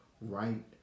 right